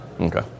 Okay